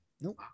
Nope